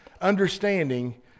understanding